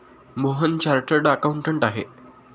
Mohan chartered accountant आहेत